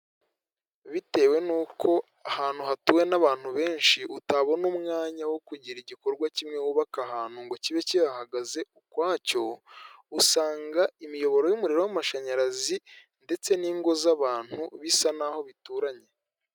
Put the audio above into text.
bitewe n'uko ahantu hatuwe n'abantu benshi, utabona umwanya wo kugira igikorwa kimwe wubaka ahantu ngo kibe kihagaze ukwacyo, usanga imiyoboro y'umuriro w'amashanyarazi ndetse n'ingo z'abantu bisa naho bituranye.